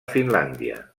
finlàndia